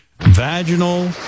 Vaginal